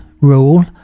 rule